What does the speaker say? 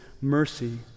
mercy